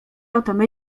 oto